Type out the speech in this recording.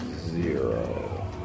zero